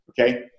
Okay